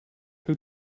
who